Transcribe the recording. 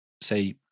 say